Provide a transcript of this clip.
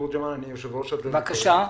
אני יושב-ראש הדירקטוריון.